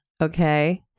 okay